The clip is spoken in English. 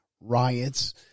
riots